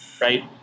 right